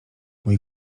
mój